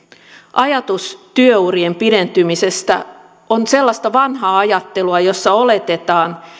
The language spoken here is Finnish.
ajatus työurien pidentymisestä on sellaista vanhaa ajattelua jossa oletetaan